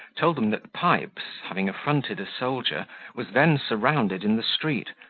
told them that pipes, having affronted a soldier, was then surrounded in the street,